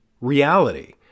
reality